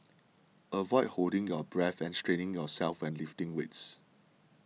avoid holding your breath and straining yourself when lifting weights